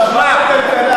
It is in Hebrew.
אני אענה לך.